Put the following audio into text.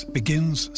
begins